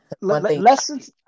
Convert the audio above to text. lessons